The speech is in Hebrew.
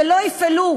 ולא יפעלו